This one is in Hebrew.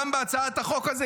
גם בהצעת החוק הזו,